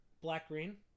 Black-green